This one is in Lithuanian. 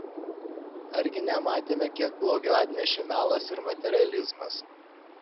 argi nematėme kiek blogio atnešė melas ir materializmas